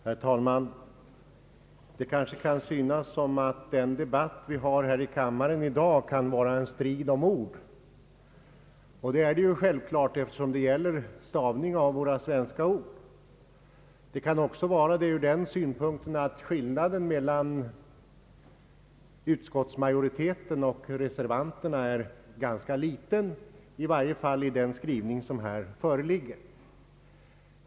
Herr talman! Det kanske kan synas som om debatten här i kammaren i dag kan vara en strid om ord. Självklart är det också så, eftersom det gäller stavningen av våra svenska ord. Det kan även vara så ur den synpunkten att skillnaden mellan utskottsmajoriteten och reservanterna är ganska liten, i varje fall i den skrivning som här föreligger.